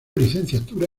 licenciatura